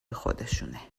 خودشونه